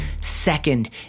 Second